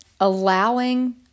allowing